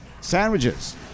sandwiches